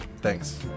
Thanks